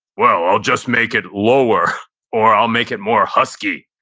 well, i'll just make it lower or i'll make it more husky.